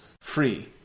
free